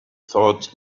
thought